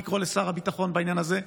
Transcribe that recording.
לקרוא לשר הביטחון בעניין הזה,